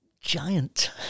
giant